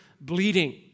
bleeding